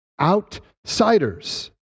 outsiders